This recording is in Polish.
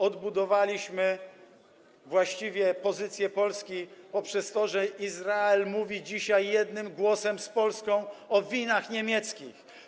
Odbudowaliśmy właściwie pozycję Polski poprzez to, że Izrael mówi dzisiaj jednym głosem z Polską o winach niemieckich.